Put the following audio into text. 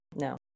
No